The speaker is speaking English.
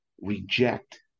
reject